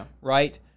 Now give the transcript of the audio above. right